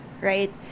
right